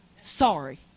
Sorry